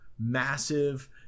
massive